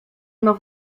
ono